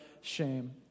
shame